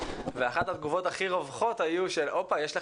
אחת התגובות הכי רווחות הייתה: יש לך משהו במשותף עם יריב לוין.